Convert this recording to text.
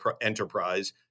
enterprise